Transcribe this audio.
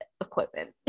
equipment